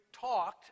talked